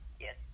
Yes